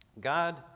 God